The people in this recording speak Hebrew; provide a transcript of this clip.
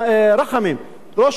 ראש המועצה האזורית אבו-בסמה.